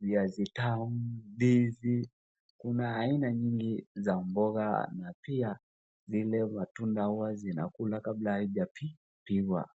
viazi tamu ,ndizi kuna aina nyingi za mboga na pia zile matunda huwa inakulwa kama ijepikwa.